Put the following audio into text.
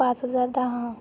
पाच हजार दहा